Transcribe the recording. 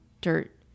dirt